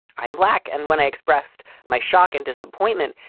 i am black. and when i expressed my shock and disappointment,